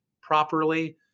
properly